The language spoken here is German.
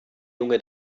junge